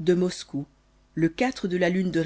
de moscou le de la lune de